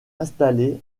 installées